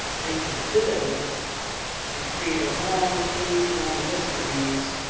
they can build and create a long page long list of these